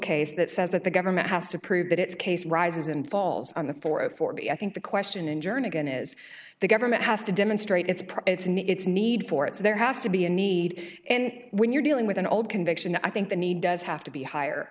case that says that the government has to prove that its case rises and falls on the floor of four b i think the question in jernigan is the government has to demonstrate its profits and its need for it so there has to be a need and when you're dealing with an old conviction i think the need does have to be higher